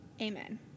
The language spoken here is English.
Amen